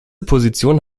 position